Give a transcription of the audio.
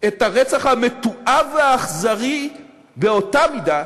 את הרצח המתועב והאכזרי באותה מידה